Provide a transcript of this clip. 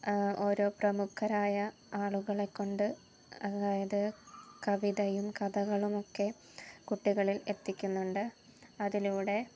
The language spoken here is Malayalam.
ഓരോ പ്രമുഖരായ ആളുകളെ കൊണ്ട് അതായത് കവിതയും കഥകളുമൊക്കെ കുട്ടികളിൽ എത്തിക്കുന്നുണ്ട് അതിലൂടെ